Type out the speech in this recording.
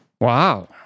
Wow